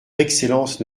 excellence